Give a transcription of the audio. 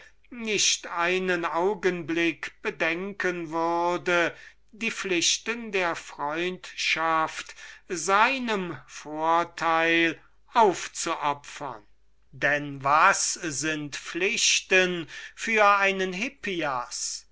nicht einen augenblick bedenken würde die pflichten der freundschaft seinem eigennutzen aufzuopfern denn was sind pflichten für einen hippias